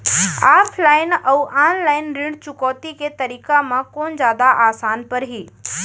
Offline अऊ online ऋण चुकौती के तरीका म कोन जादा आसान परही?